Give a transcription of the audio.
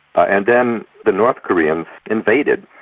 and then the north koreans invaded,